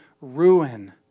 ruin